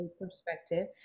perspective